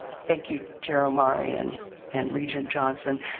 thank you, chair omari and and regent johnson.